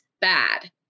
bad